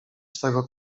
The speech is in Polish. swego